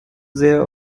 sehr